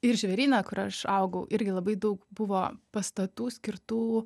ir žvėryne kur aš augau irgi labai daug buvo pastatų skirtų